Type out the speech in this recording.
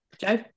Joe